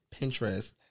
Pinterest